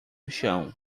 chão